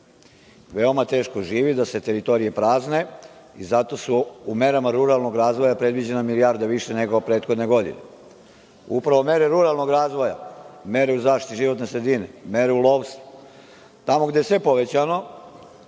veoma teško živi, da se teritorije prazne i zato je u merama ruralnog razvoja predviđena milijarda više nego prethodne godine. Upravo mere ruralnog razvoja, mere zaštite životne sredine, mere u lovstvu, tamo gde je sve povećano